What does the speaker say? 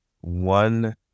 one